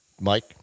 Mike